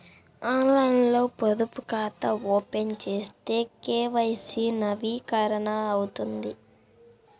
ఆన్లైన్లో పొదుపు ఖాతా ఓపెన్ చేస్తే కే.వై.సి నవీకరణ అవుతుందా?